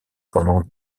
pendant